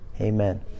Amen